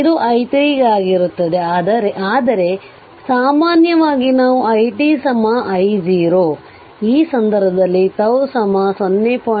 ಇದು i3 ಗಾಗಿರುತ್ತದೆ ಆದರೆ ಸಾಮಾನ್ಯವಾಗಿ ನಾವು i t I0 ಈ ಸಂದರ್ಭದಲ್ಲಿ τ 0